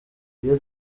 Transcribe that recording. iyo